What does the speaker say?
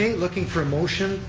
looking for a motion,